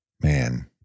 Man